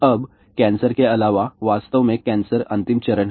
अब कैंसर के अलावा वास्तव में कैंसर अंतिम चरण है